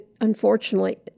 unfortunately